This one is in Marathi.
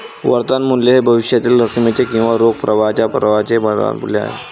वर्तमान मूल्य हे भविष्यातील रकमेचे किंवा रोख प्रवाहाच्या प्रवाहाचे वर्तमान मूल्य आहे